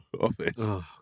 office